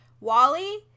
Wally